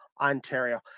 Ontario